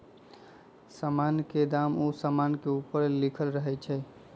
समान के दाम उ समान के ऊपरे लिखल रहइ छै